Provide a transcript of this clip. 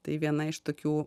tai viena iš tokių